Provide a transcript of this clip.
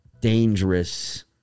dangerous